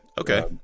Okay